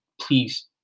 please